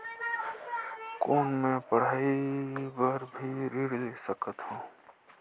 कौन मै पढ़ाई बर भी ऋण ले सकत हो?